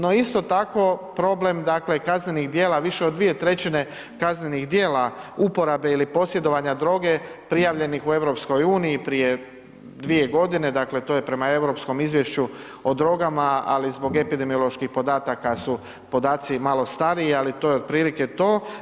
No isto tako, problem, dakle, kaznenih djela, više od 2/3 kaznenih djela uporabe ili posjedovanja droge prijavljenih u EU prije dvije godine, dakle, to je prema europskom izvješću o drogama, ali zbog epidemioloških podataka su podaci malo stariji, ali to je otprilike to.